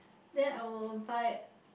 then I will buy